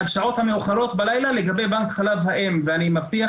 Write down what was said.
עד השעות המאוחרות בלילה לגבי בנק חלב אם ואני מבטיח